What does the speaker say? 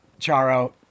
Charo